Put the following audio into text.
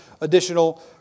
additional